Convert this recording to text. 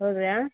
ಹೌದ್ರಾ